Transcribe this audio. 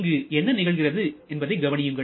இங்கு என்ன நிகழ்கிறது என்பதை கவனியுங்கள்